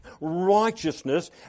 righteousness